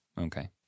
Okay